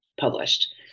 published